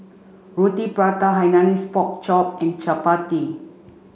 Roti Prata Hainanese Pork Chop and Chappati